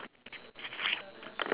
ya I see you outside ah